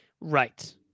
Right